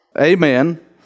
Amen